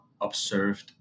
observed